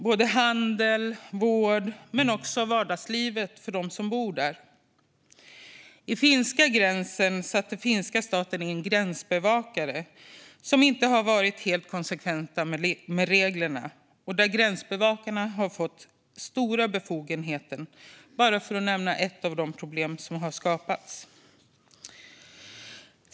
Både handel och vård drabbades, men också vardagslivet för dem som bor där. Vid finska gränsen satte finska staten in gränsbevakare som inte har varit helt konsekventa med reglerna, och gränsbevakarna har fått stora befogenheter. Detta är bara ett av de problem som har skapats.